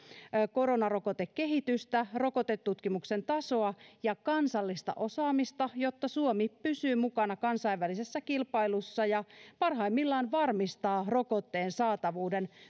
koronarokotekehitystä rokotetutkimuksen tasoa ja kansallista osaamista jotta suomi pysyy mukana kansainvälisessä kilpailussa ja parhaimmillaan varmistaa rokotteen saatavuuden